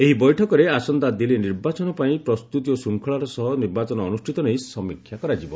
ଏହି ବୈଠକରେ ଆସନ୍ତା ଦିଲ୍ଲୀ ନିର୍ବାଚନ ପାଇଁ ପ୍ରସ୍ତୁତି ଓ ଶାନ୍ତିଶୃଙ୍ଖଳାର ସହ ନିର୍ବାଚନ ଅନୁଷ୍ଠିତ ନେଇ ସମୀକ୍ଷା କରାଯିବ